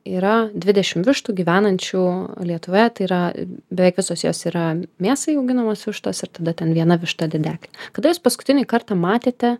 yra dvidešim vištų gyvenančių lietuvoje tai yra beveik visos jos yra mėsai auginamos vištos ir tada ten viena višta dedeklė kada jūs paskutinį kartą matėte